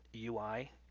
UI